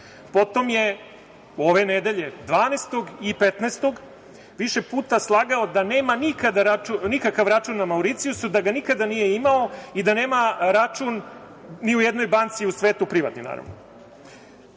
Potom je ove nedelje 12. i 15. više puta slagao da nema nikakav račun na Mauricijusu, da ga nikada nije imao i da nema račun ni u jednoj banci u svetu, privatni naravno.